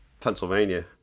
Pennsylvania